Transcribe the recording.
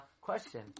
question